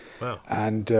Wow